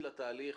לתהליך,